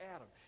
Adam